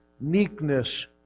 meekness